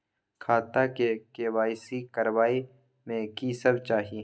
खाता के के.वाई.सी करबै में की सब चाही?